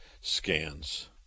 scans